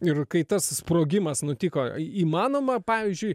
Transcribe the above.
ir kai tas sprogimas nutiko įmanoma pavyzdžiui